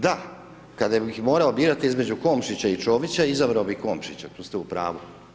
Da, kad bih morao birati između Komšića i Čovića, izabrao bih Komšića, to ste u pravu.